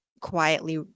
quietly